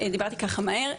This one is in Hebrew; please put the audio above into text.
דיברתי ככה מהר,